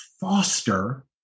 foster